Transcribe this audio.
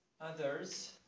others